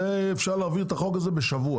אפשר להעביר את החוק הזה בשבוע,